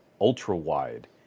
ultra-wide